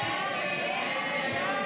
ההסתייגויות לסעיף